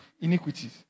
Iniquities